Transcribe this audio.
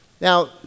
Now